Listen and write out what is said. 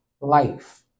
life